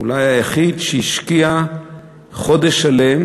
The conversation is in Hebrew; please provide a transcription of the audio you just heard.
אולי היחיד שהשקיע חודש שלם,